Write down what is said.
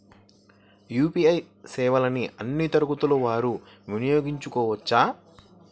UPI సేవలని అన్నీ తరగతుల వారు వినయోగించుకోవచ్చా?